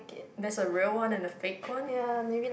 there's a real one and a fake one